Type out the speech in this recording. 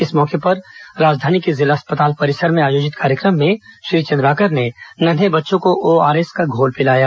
इस मौके पर राजधानी के जिला अस्पताल परिसर में आयोजित कार्यक्रम में श्री चंद्राकर ने नन्हें बच्चों को ओआर एस का घोल पिलाया